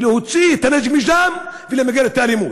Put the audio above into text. להוציא את הנשק משם ולמגר את האלימות.